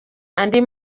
andi